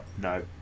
No